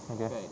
okay